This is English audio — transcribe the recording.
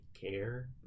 care